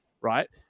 right